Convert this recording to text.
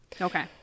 Okay